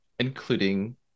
including